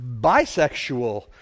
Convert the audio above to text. bisexual